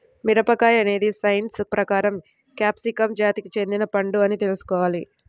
మిరపకాయ అనేది సైన్స్ ప్రకారం క్యాప్సికమ్ జాతికి చెందిన పండు అని తెల్సుకోవాలి